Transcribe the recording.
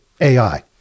AI